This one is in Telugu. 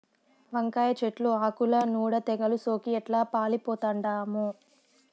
వంకాయ చెట్లు ఆకుల నూడ తెగలు సోకి ఎట్లా పాలిపోతండామో